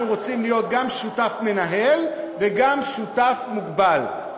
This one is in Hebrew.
רוצים להיות גם שותף מנהל וגם שותף מוגבל.